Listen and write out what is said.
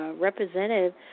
representative